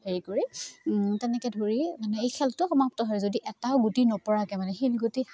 হেৰি কৰি তেনেকৈ ধৰি মানে এই খেলটো সমাপ্ত হয় যদি এটাও গুটি নপৰাকৈ মানে শিলগুটি